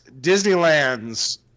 Disneyland's